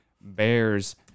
Bears